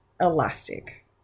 elastic